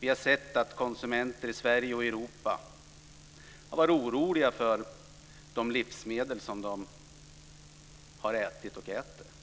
Vi har sett att konsumenter i Sverige och Europa har varit oroliga för de livsmedel som de har ätit och äter.